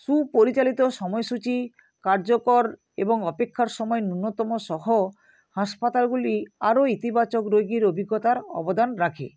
সুপরিচালিত সময়সূচি কার্যকর এবং অপেক্ষার সময় ন্যূনতম সহ হাসপাতালগুলি আরও ইতিবাচক রোগীর অভিজ্ঞতার অবদান রাখে